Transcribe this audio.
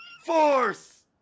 Force